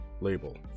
Label